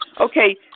Okay